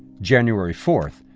january fourth,